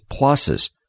pluses